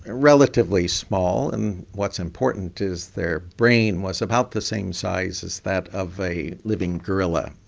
ah relatively small, and what's important is their brain was about the same size as that of a living gorilla,